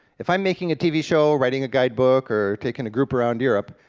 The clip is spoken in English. if i'm making a tv show, writing a guidebook, or taking a group around europe,